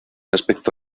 aspecto